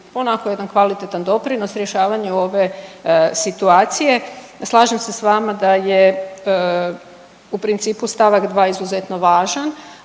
onako jedan kvalitetan doprinos rješavanju ove situacije. Slažem se s vama da je u principu stavak 2. izuzetno važan,